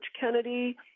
Kennedy